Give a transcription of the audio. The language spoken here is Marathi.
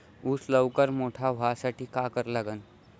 ऊस लवकर मोठा व्हासाठी का करा लागन?